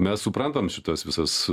mes suprantam šitas visas